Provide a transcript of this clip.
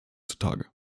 zutage